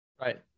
Right